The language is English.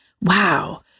Wow